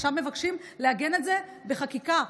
עכשיו מבקשים לעגן את זה בחקיקה.